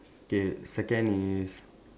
K second is